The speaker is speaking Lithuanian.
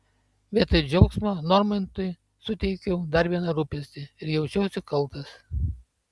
vietoj džiaugsmo normanui suteikiau dar vieną rūpestį ir jaučiausi kaltas